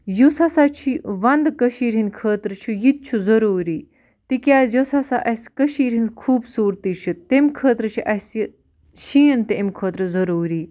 یُس ہَسا چھی وَنٛدٕ کٔشیٖرِ ہِنٛدۍ خٲطرٕ چھُ یہِ تہِ چھُ ضٔروٗری تِکیٛازِ یۄس ہَسا اَسہِ کٔشیٖرِ ہِنٛز خوٗبصوٗرتی چھِ تَمہِ خٲطرٕ چھِ اَسہِ شیٖن تہِ اَمہِ خٲطرٕ ضٔروٗری